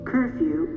Curfew